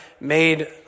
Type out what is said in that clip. made